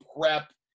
Prep